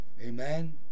Amen